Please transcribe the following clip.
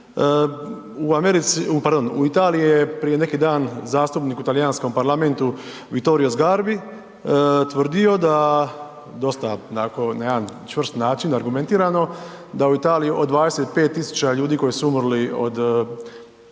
u Italiji je prije neki dan zastupnik u talijanskom parlamentu Vittorio Sgarbi tvrdio da dosta nakon, na jedan čvrst način argumentirano, da u Italiji od 25 000 ljudi koji su umrli od,